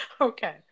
okay